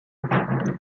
made